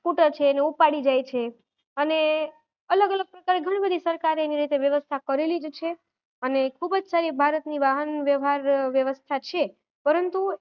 scooter છે એને ઉપાડી જાય છે અને અલગ અલગ પ્રકારની ઘણી બધી સરકારે એની રીતે વ્યવસ્થા કરેલી જ છે અને ખૂબ જ સારી ભારતની વાહન વ્યવહાર વ્યવસ્થા છે પરંતુ